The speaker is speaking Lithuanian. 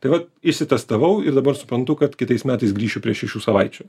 tai vat išsitestavau ir dabar suprantu kad kitais metais grįšiu prie šešių savaičių